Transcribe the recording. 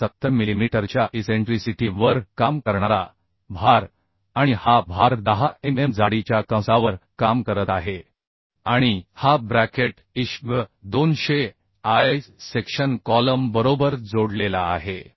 170 मिलीमीटरच्या इसेंट्रीसिटी वर काम करणारा भार आणि हा भार 10 mm जाडी च्या कंसावर काम करत आहे आणि हा bracket ISHB 200 I section column बरोबर जोडलेला आहे